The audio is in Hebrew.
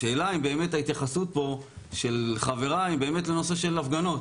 השאלה אם ההתייחסות פה של חבריי לנושא של הפגנות,